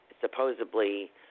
supposedly